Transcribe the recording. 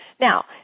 Now